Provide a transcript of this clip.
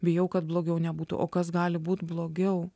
bijau kad blogiau nebūtų o kas gali būt blogiau